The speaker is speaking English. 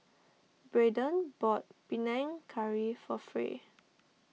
Brayden bought Panang Curry for Fay